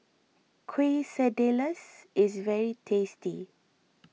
Quesadillas is very tasty